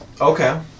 Okay